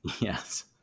Yes